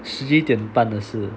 十一点半的事